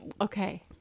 okay